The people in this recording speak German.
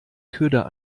köder